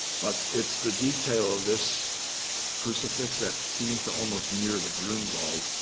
but it's the detail of this crucifix that seems to almost mirror the grunewald,